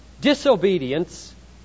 disobedience